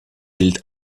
gilt